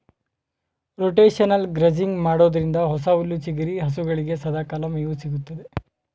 rotational grazing ಮಾಡೋದ್ರಿಂದ ಹೊಸ ಹುಲ್ಲು ಚಿಗುರಿ ಹಸುಗಳಿಗೆ ಸದಾಕಾಲ ಮೇವು ಸಿಗುತ್ತದೆ